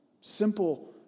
Simple